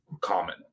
common